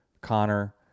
Connor